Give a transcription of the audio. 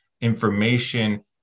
information